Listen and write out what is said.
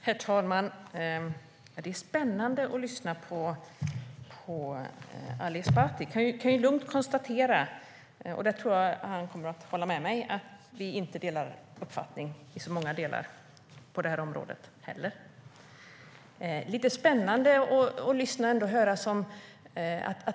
Herr talman! Det är spännande att lyssna på Ali Esbati. Jag kan lugnt konstatera - och där tror jag att han håller med mig - att vi inte heller på detta område delar uppfattning.